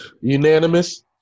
Unanimous